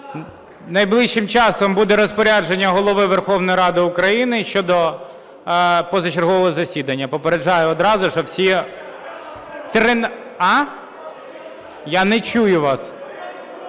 Найближчим часом буде розпорядження Голови Верховної Ради України щодо позачергового засідання. Попереджаю одразу, що всі… Я не чую вас.